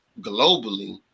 globally